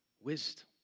wisdom